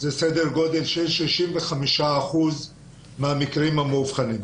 זה סדר גודל של 65 אחוזים מהמקרים המאובחנים.